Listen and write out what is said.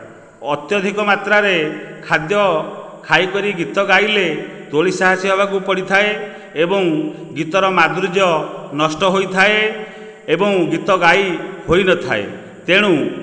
ଅତ୍ୟଧିକ ମାତ୍ରାରେ ଖାଦ୍ୟ ଖାଇକରି ଗାଇଲେ ତୋଳି ସାହାସି ହେବାକୁ ପଡ଼ିଥାଏ ଏବଂ ଗୀତର ମାଧୁର୍ଯ୍ୟ ନଷ୍ଟ ହୋଇଥାଏ ଏବଂ ଗୀତ ଗାଇ ହୋଇନଥାଏ ତେଣୁ